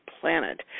planet